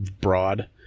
broad